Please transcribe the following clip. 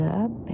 up